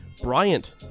Bryant-